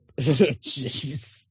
Jeez